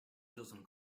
dozen